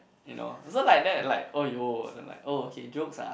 you know so like that like !aiyo! and then like oh okay jokes ah